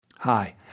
Hi